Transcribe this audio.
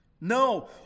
No